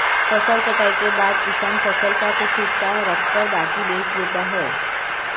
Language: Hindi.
फसल कटाई के बाद किसान फसल का कुछ हिस्सा रखकर बाकी बेच देता है